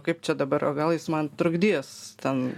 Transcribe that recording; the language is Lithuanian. kaip čia dabar o gal jis man trukdys ten